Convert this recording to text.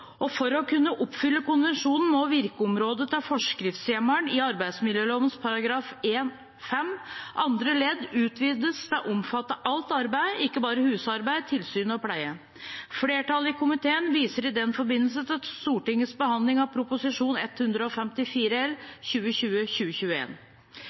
og for å kunne oppfylle konvensjonen må virkeområdet til forskriftshjemmelen i arbeidsmiljøloven § 1-5 andre ledd utvides til å omfatte alt arbeid, ikke bare husarbeid, tilsyn eller pleie. Flertallet i komiteen viser i den forbindelse til Stortingets behandling av Prop. 154